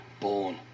Born